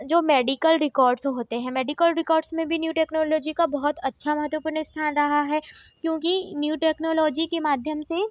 जो medical records होते हैं मैडिकल रेकॉर्ड्स में भी न्यू टेक्नोलॉजी का बहुत अच्छा महत्त्वपूर्ण स्थान रहा है क्यूँकि न्यू टेक्नोलॉजी के माध्यम से